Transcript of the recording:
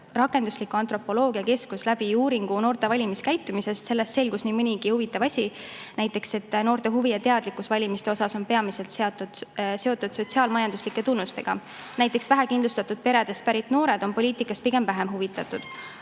Rakendusliku Antropoloogia Keskus läbi uuringu noorte valimiskäitumisest. Sellest selgus nii mõnigi huvitav asi. Näiteks, noorte huvi ja teadlikkus valimiste osas on peamiselt seotud sotsiaal-majanduslike tunnustega. Vähekindlustatud peredest pärit noored on poliitikast pigem vähem huvitatud,